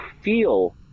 feel